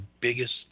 biggest